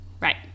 Right